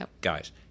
Guys